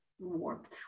warmth